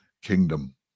kingdom